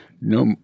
No